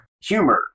humor